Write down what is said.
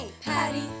Patty